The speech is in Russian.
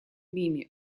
лиме